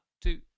two